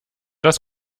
das